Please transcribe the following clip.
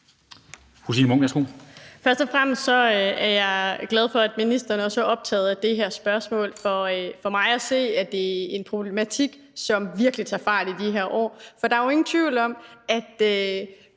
Først og fremmest er jeg glad for, at ministeren også er optaget af det her spørgsmål, for for mig at se er det en problematik, som virkelig tager fart i de her år. For der er jo ingen tvivl om, at